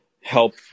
help